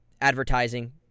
advertising